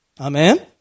Amen